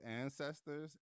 ancestors